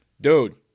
dude